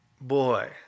boy